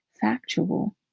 factual